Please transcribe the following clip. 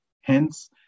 hence